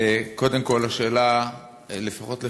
קודם כול,